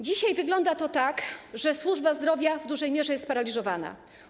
Dzisiaj wygląda to tak, że służba zdrowia w dużej mierze jest sparaliżowana.